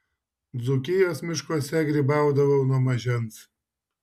dzūkijos miškuose grybaudavau nuo mažens